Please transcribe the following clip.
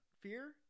Fear